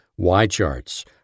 YCharts